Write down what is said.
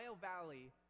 Valley